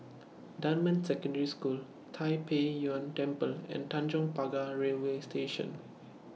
Dunman Secondary School Tai Pei Yuen Temple and Tanjong Pagar Railway Station